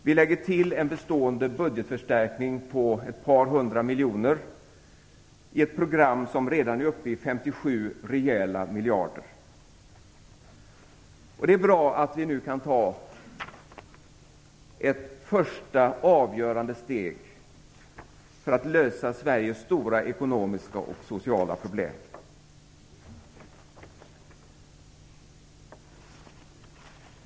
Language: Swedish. Vi lägger till en bestående budgetförstärkning på ett par hundra miljoner i ett program som redan är uppe i 57 rejäla miljarder. Det är bra att vi nu kan ta ett första avgörande steg för att lösa Sveriges stora ekonomiska och sociala problem.